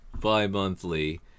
bi-monthly